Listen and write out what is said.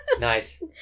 Nice